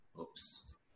Oops